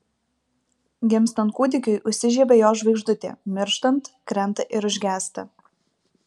gimstant kūdikiui užsižiebia jo žvaigždutė mirštant krenta ir užgęsta